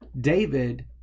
David